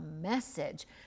message